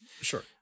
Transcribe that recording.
Sure